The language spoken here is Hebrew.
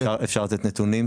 אפשר לתת נתונים?